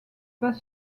pas